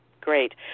Great